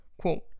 quote